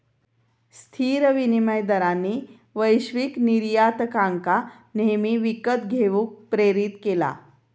स्थिर विनिमय दरांनी वैश्विक निर्यातकांका नेहमी विकत घेऊक प्रेरीत केला